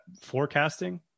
forecasting